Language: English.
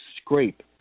scrape